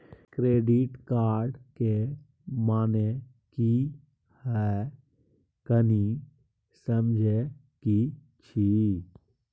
Credit card के माने की हैं, कनी समझे कि छि?